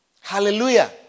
Hallelujah